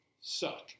suck